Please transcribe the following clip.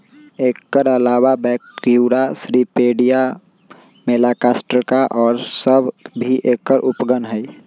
एकर अलावा Brachyura, Cirripedia, Malacostraca और सब भी एकर उपगण हई